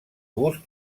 gust